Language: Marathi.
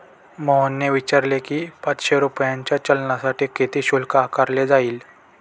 मोहनने विचारले की, पाचशे रुपयांच्या चलानसाठी किती शुल्क आकारले जाईल?